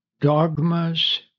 dogmas